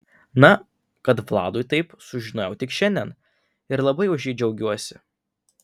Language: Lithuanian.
na kad vladui taip sužinojau tik šiandien ir labai už jį džiaugiuosi